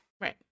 right